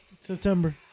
September